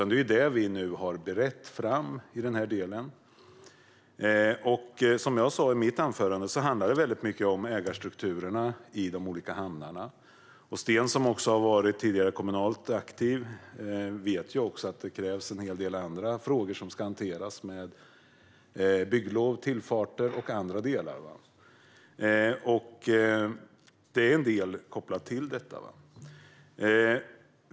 Det är vad vi nu har berett fram i den delen. Som jag sa i mitt anförande handlar det väldigt mycket om ägarstrukturerna i de olika hamnarna. Sten, som tidigare har varit kommunalt aktiv, vet att det krävs att en hel del andra frågor måste hanteras - bygglov, tillfarter och andra delar. Det är en del kopplat till detta.